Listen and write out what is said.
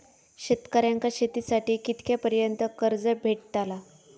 शेतकऱ्यांका शेतीसाठी कितक्या पर्यंत कर्ज भेटताला?